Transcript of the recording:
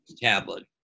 tablet